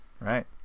Right